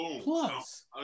plus